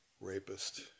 rapist